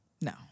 No